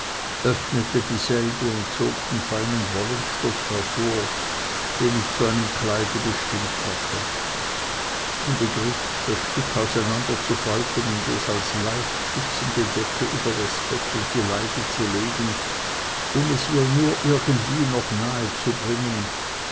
öffnete dieselbe und zog den feinen wollenstoff hervor den ich zu einem kleide bestimmt hatte im begriff das stück auseinanderzufalten und es als leichte schützende decke über das bett und die leiche zu legen um es ihr nur irgendwie noch nahe zu bringen